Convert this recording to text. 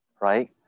right